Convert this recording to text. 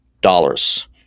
dollars